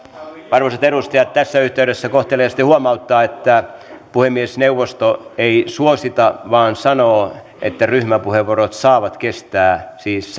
arvoisat edustajat tässä yhteydessä kohteliaasti huomauttaa että puhemiesneuvosto ei suosita vaan sanoo että ryhmäpuheenvuorot saavat kestää siis